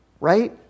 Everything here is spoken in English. Right